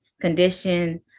condition